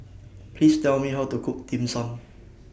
Please Tell Me How to Cook Dim Sum